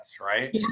right